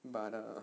but uh